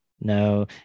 No